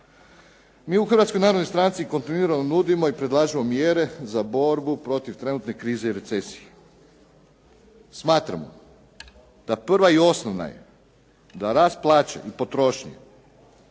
Mi u Hrvatskoj narodnoj stranci kontinuirano nudimo i predlažemo mjere za borbu protiv trenutne krize i recesije. Smatramo da prva i osnovna je da rast plaće i potrošnje